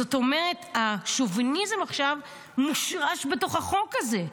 זאת אומרת, השוביניזם עכשיו מושרש בתוך החוק הזה.